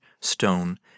stone